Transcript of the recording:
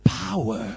power